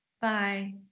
bye